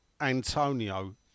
antonio